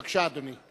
בבקשה, אדוני.